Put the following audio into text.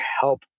help